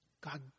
God